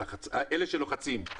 אלה שלוחצים,